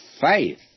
faith